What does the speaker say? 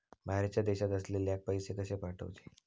बाहेरच्या देशात असलेल्याक पैसे कसे पाठवचे?